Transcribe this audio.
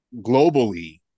globally